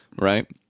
Right